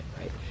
right